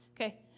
okay